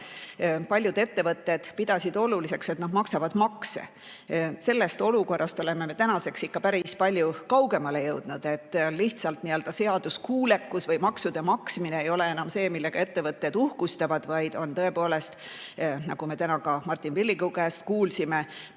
paljud ettevõtted oluliseks seda, et nad maksavad makse. Sellisest olukorrast oleme me tänaseks ikka päris palju kaugemale jõudnud. Lihtsalt seaduskuulekus või maksude maksmine ei ole enam see, millega ettevõtted uhkustavad, vaid tõepoolest, nagu me täna ka Martin Villigu käest kuulsime,